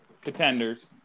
Contenders